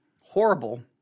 horrible